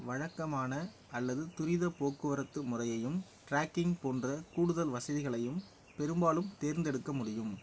வழக்கமான அல்லது துரித போக்குவரத்து முறையையும் ட்ராக்கிங் போன்ற கூடுதல் வசதிகளையும் பெரும்பாலும் தேர்ந்தெடுக்க முடியும்